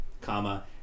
comma